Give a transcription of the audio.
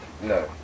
No